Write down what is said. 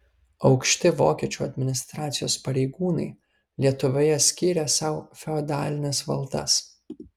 aukšti vokiečių administracijos pareigūnai lietuvoje skyrė sau feodalines valdas